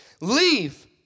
Leave